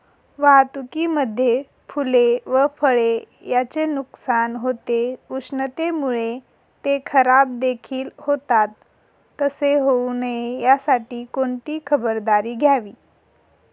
वाहतुकीमध्ये फूले व फळे यांचे नुकसान होते, उष्णतेमुळे ते खराबदेखील होतात तसे होऊ नये यासाठी कोणती खबरदारी घ्यावी?